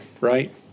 right